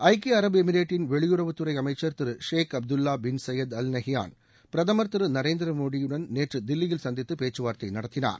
ஐக்கிய அரபு எமிரேட்டின் வெளியுறவுத் துறை அமைச்சர் Thiru Sheikh Abdullah bin Zayed Al Nahyan பிரதமா் திரு நரேந்திர மோடி நேற்று தில்லியில் சந்தித்து பேச்சு வார்த்தை நடத்தினார்